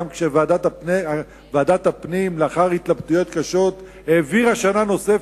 גם כשוועדת הפנים לאחר התלבטויות קשות העבירה שנה נוספת.